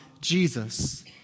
Jesus